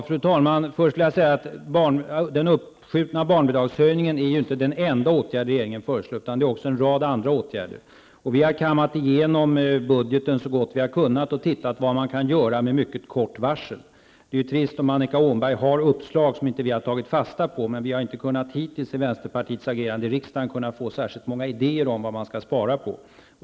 Fru talman! Uppskjutningen av barnbidragshöjningen är inte den enda åtgärd regeringen föreslår, utan vi föreslår också en rad andra åtgärder. Vi har kammat igenom budgeten så gott vi har kunnat och tittat på vad man kan göra med mycket kort varsel. Det är trist om Annika Åhnberg har uppslag som vi inte har tagit fasta på, men vi har inte hittills av vänsterpartiets agerande i riksdagen kunnat få särskilt många idéer om vad man skall spara på.